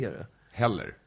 Heller